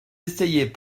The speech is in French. essayaient